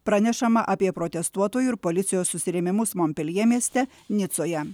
pranešama apie protestuotojų ir policijos susirėmimus monpeljė mieste nicoje